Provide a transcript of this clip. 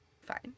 Fine